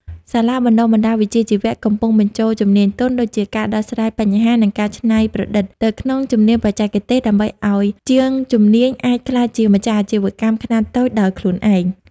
សាលាបណ្ដុះបណ្ដាលវិជ្ជាជីវៈ កំពុងបញ្ចូលជំនាញទន់ដូចជា ការដោះស្រាយបញ្ហា និងការច្នៃប្រឌិត ទៅក្នុងជំនាញបច្ចេកទេស ដើម្បីឱ្យជាងជំនាញអាចក្លាយជាម្ចាស់អាជីវកម្មខ្នាតតូចដោយខ្លួនឯង។